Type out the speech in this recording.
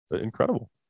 Incredible